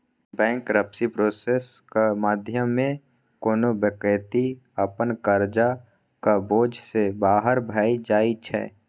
bankruptcy प्रोसेसक माध्यमे कोनो बेकती अपन करजाक बोझ सँ बाहर भए जाइ छै